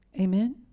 Amen